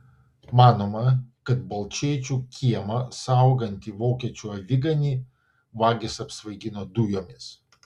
manoma kad balčėčių kiemą saugantį vokiečių aviganį vagys apsvaigino dujomis